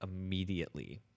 immediately